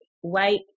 white